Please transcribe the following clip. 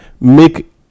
make